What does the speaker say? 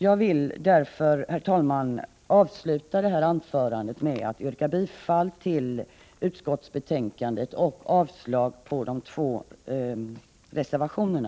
Jag vill därför, herr talman, avsluta detta anförande med att yrka bifall till utskottets hemställan och avslag på de två reservationerna.